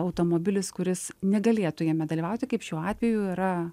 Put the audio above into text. automobilis kuris negalėtų jame dalyvauti kaip šiuo atveju yra